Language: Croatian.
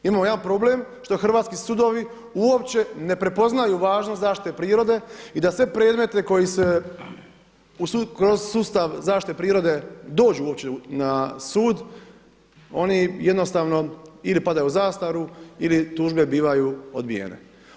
Imamo jedan problem što hrvatski sudovi uopće ne prepoznaju važnost zaštite prirode i da sve predmete koji se kroz sustav zaštite prirode dođu uopće na sud oni jednostavno ili padaju u zastaru ili tužbe bivaju odbijene.